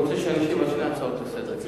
הוא רוצה שאני אשיב על שתי ההצעות לסדר-היום,